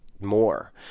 more